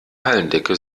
hallendecke